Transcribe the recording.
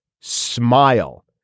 smile